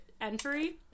entry